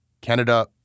Canada